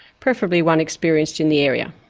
preferably one experienced in the area.